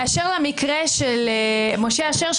באשר למקרה של משה אשר,